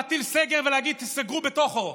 להטיל סגר ולהגיד: תיסגרו בתוכו.